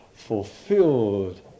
fulfilled